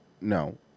no